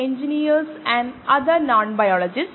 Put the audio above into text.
cancer പോലുള്ളവ ദൈനംദിന ആശങ്കകൾ കാൻസർ